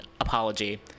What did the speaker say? apology